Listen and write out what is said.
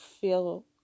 feel